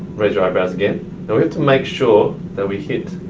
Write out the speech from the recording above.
raise your eyebrows again. in order to make sure that we hit,